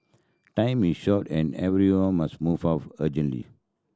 time is short and everyone must move off urgently